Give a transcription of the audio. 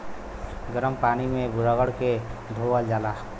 गरम पानी मे रगड़ के धोअल जाला